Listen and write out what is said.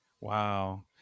Wow